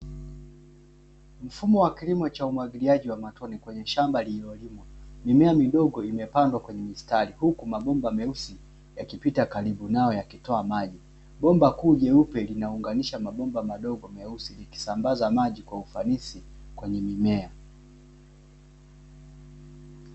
Mfumo wa kilimo cha umwagiliaji wa matoni kwenye shamba lililolimwa, mimea midogo imepandwa kwenye mistari huku mabomba meusi yakipita karibu nawe akitoa maji, bomba kuja jeupe linaunganisha mabomba madogo meusi likisambaza maji kwa ufanisi kwenye mimea.